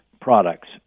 products